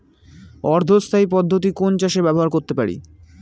অর্ধ স্থায়ী পদ্ধতি কোন চাষে ব্যবহার করতে পারি?